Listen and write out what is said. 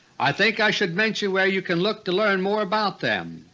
i think i should mention where you can look to learn more about them.